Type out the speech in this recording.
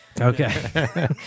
Okay